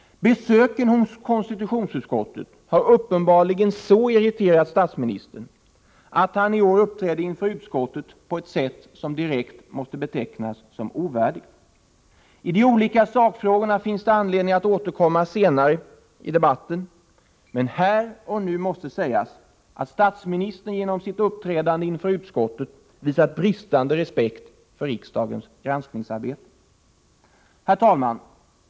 Besöken hos konstitutionsutskottet har uppenbarligen så irriterat statsministern att han i år uppträdde inför utskottet på ett sätt som direkt måste betecknas som ovärdigt. I de olika sakfrågorna finns det anledning att återkomma senare i debatten, men här och nu måste sägas att statsministern genom sitt uppträdande inför utskottet visat bristande respekt för riksdagens granskningsarbete. Herr talman!